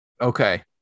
Okay